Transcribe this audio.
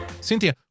Cynthia